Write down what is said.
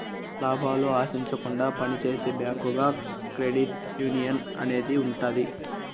లాభాలు ఆశించకుండా పని చేసే బ్యాంకుగా క్రెడిట్ యునియన్ అనేది ఉంటది